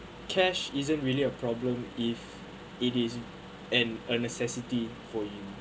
cash isn't really a problem if it is and a necessity for you